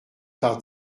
par